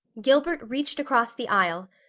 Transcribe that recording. gilbert reached across the aisle,